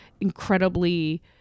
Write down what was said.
incredibly